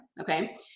okay